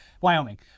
wyoming